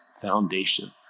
foundation